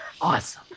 Awesome